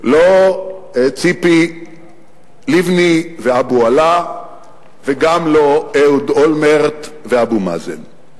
לא ציפי לבני ואבו עלא וגם לא אהוד אולמרט ואבו מאזן.